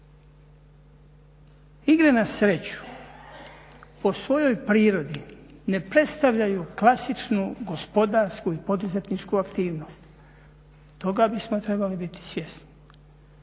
Igre na sreću po svojoj prirodi ne predstavljaju klasičnu gospodarsku i poduzetničku aktivnost. Toga bismo trebali biti svjesni.